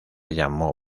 llamó